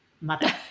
mother